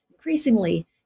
increasingly